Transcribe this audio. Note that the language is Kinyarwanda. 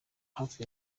hafi